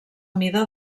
mida